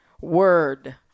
word